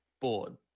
Board